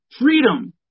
freedom